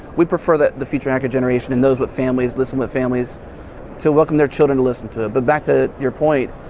we prefer that the future hacker generation in those with families listen with families to welcome their children to listen to it. but back to your point,